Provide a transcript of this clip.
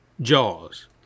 Jaws